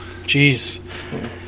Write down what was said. Jeez